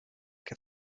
què